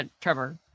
Trevor